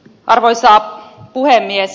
arvoisa puhemies